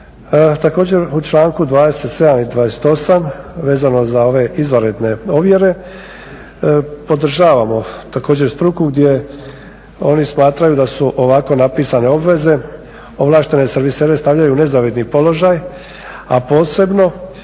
Također u članku 27. i 28. vezano za ove izvanredne ovjere, podržavamo također struku gdje oni smatraju da su ovako napisane obveze ovlaštene servisere stavljaju u nezavidni položaj a posebno